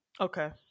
Okay